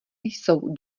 jsou